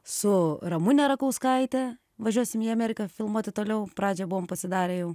su ramune rakauskaite važiuosim į ameriką filmuoti toliau pradžią buvom pasidarę jau